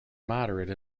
moderate